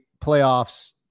playoffs